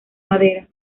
madera